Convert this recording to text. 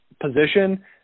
position